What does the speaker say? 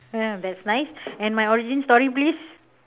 ya that's nice and my origin story please